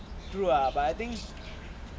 true ah but I think